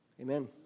Amen